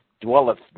dwelleth